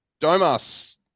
Domas